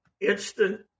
instant